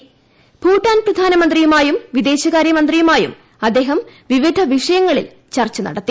സോനം ഭൂട്ടാൻ പ്രധാനമന്ത്രിയുമായും വിദേശകാർച്ച്മന്ത്രിയുമായും അദ്ദേഹം വിവിധ വിഷയങ്ങളിൽ ചർച്ച് നീനടത്തി